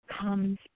comes